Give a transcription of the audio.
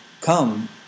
Come